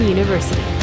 University